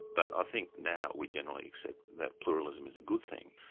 but i think now we generally accept that pluralism is a good thing.